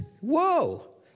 Whoa